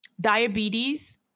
diabetes